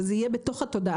וזה יהיה בתוך התודעה.